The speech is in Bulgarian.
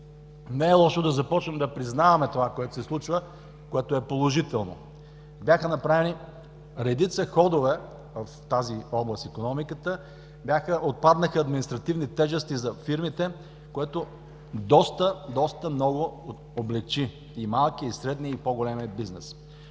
не е лошо да започнем да признаваме това, което се случва, което е положително. Бяха направени редица ходове в тази област – икономиката, отпаднаха административни тежести за фирмите, което доста много облекчи малкия, средния и по-големия бизнес.